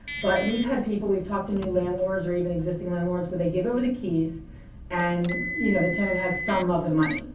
but we've had people we've talked to new landlords or even existing landlords where they give over the keys and you know the tenant has some of the money.